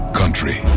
country